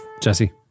Jesse